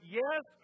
yes